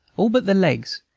all but the legs,